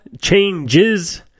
changes